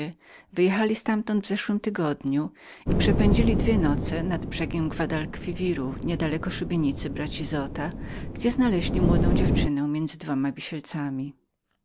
wyjechali ztamtąd w przeszłym tygodniu i przepędzili dwie nocy nad brzegiem guad al quiwiru niedaleko szubienicy braci zota przy której znaleźli młodą dziewczynę leżącę między dwoma wisielcami